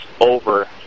over